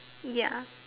ya